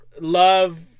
love